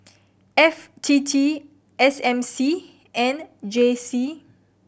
F T T S M C and J C